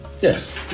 Yes